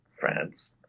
France